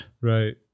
Right